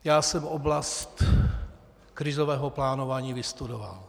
Já jsem oblast krizového plánování vystudoval.